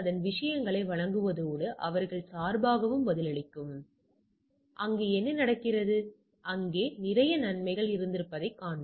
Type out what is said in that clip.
பெறப்பட்டவை எதிர்பார்க்கப்பட்டவை எதிர்பார்க்கப்பட்டவை இங்கே நீங்கள் உண்மையில் ஒரு வர்க்க பதத்தினை கொண்டிருக்கிறீர்கள்